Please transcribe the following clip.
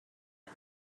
him